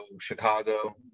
Chicago